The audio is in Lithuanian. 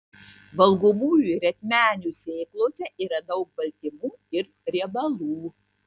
valgomųjų rietmenių sėklose yra daug baltymų ir riebalų